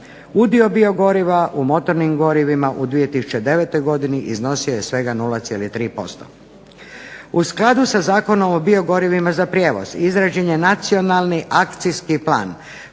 Udio biogoriva u motornim gorivima u 2009. godini iznosio je svega 0,3%. U skladu sa Zakonom o biogorivima za prijevoz izrađen je Nacionalni akcijski plan